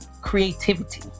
creativity